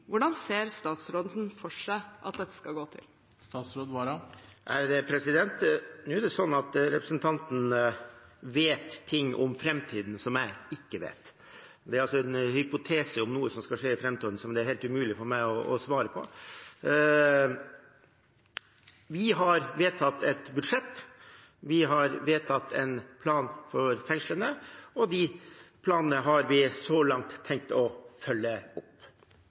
Hvordan ser statsråden for seg at dette skal gå til? Nå er det slik at representanten vet ting om fremtiden som jeg ikke vet. Det er en hypotese om noe som skal skje i framtiden, som er helt umulig for meg å svare på. Vi har vedtatt et budsjett. Vi har vedtatt en plan for fengslene, og de planene har vi så langt tenkt å følge opp.